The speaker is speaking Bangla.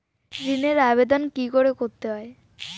ঋণের আবেদন কি করে করতে হয়?